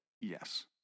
yes